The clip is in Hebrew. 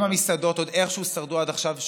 אם המסעדות עוד איכשהו שרדו עד עכשיו,